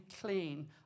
clean